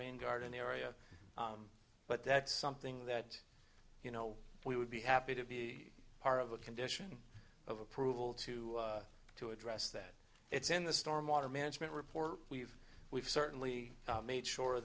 rain garden area but that's something that you know we would be happy to be part of a condition of approval to to address that it's in the storm water management report we've we've certainly made sure